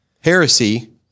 heresy